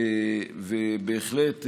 בהחלט,